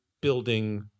building